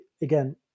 again